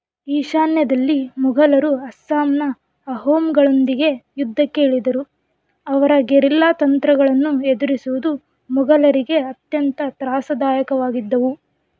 ಈಶಾನ್ಯದಲ್ಲಿ ಮೊಘಲರು ಅಸ್ಸಾಂನ ಅಹೋಮ್ಗಳೊಂದಿಗೆ ಯುದ್ಧಕ್ಕೆ ಇಳಿದರು ಅವರ ಗೆರಿಲ್ಲಾ ತಂತ್ರಗಳನ್ನು ಎದುರಿಸುವುದು ಮೊಘಲರಿಗೆ ಅತ್ಯಂತ ತ್ರಾಸದಾಯಕವಾಗಿದ್ದವು